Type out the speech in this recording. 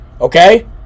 Okay